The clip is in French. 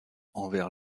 envers